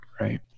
right